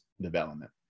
development